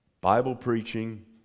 Bible-preaching